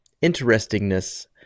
Interestingness